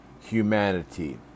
humanity